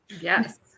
Yes